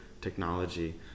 technology